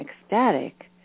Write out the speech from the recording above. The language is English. ecstatic